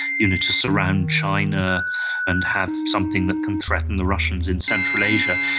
you know to surround china and have something that can threaten the russians in central asia.